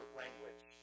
language